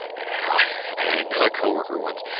i had another co-worker once,